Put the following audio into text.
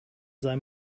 sei